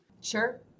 Sure